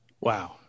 Wow